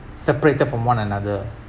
separated from one another